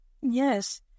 Yes